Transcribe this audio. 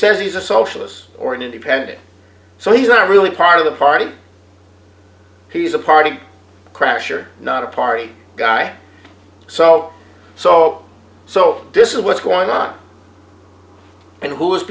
says he's a socialist or an independent so he's not really part of the party he's a party crasher not a party guy so so so this is what's going on and who is